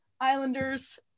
Islanders